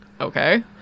Okay